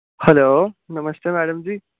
hello namaste madam ji